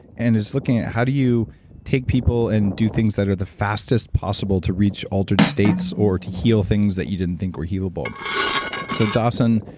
and is looking at how do you take people and do things that are the fastest possible to reach altered states or to heal things that you didn't think were healable so dawson,